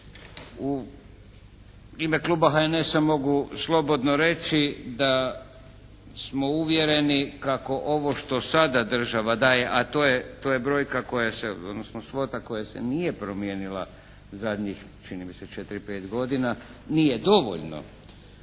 U ime kluba HNS-a mogu slobodno reći da smo uvjereni kako ovo što sada država daje, a to je brojka koja se, odnosno svota koja se nije promijenila zadnjih čini mi se četiri-pet godina, nije dovoljno.